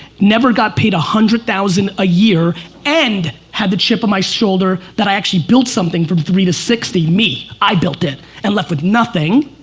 never got paid a one hundred thousand a year and had the chip on my shoulder that i actually built something from three to sixty. me, i built it and left with nothing.